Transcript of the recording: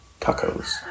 tacos